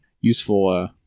useful